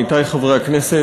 עמיתי חברי הכנסת,